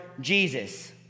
Jesus